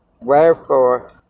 Wherefore